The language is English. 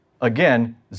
again